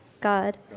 God